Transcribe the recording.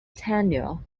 tenure